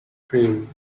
crewe